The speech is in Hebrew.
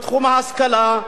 בתחום ההשכלה,